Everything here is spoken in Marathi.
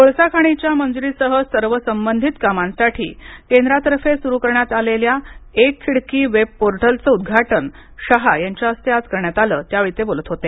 कोळसा खाणीच्या मंजुरीसह सर्व संबंधित कामांसाठी केंद्रातर्फे सुरु करण्यात आलेल्या एक खिडकी वेब पोर्टलचे उद्घाटन शहा यांच्या हस्ते आज करण्यात आले त्यावेळी ते बोलत होते